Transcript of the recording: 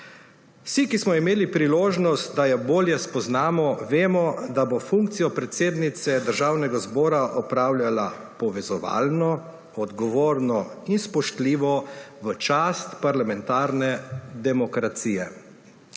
Vsi, ki smo imeli priložnost, da jo bolje spoznamo, vemo, da bo funkcijo predsednice Državnega zbora opravljala povezovalno, odgovorno in spoštljivo, v čast parlamentarne demokracije,